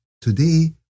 Today